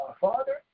Father